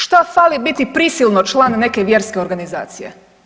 Šta fali biti prisilno član neke vjerske organizacije?